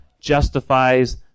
justifies